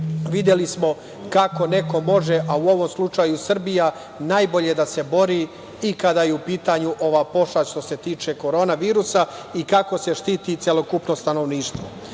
videli smo kako neko može, a u ovom slučaju Srbija, najbolje da se bori i kada je u pitanju ova pošast što se tiče korona virusa, i kako se štiti celokupno stanovništvo. Sa